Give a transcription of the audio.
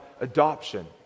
adoption